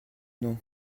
non